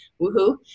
Woohoo